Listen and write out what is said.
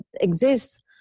exists